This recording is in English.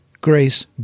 grace